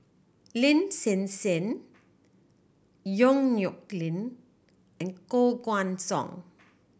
Lin Hsin Hsin Yong Nyuk Lin and Koh Guan Song